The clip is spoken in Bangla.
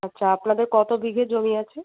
আচ্ছা আপনাদের কতো বিঘে জমি আছে